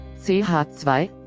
CH2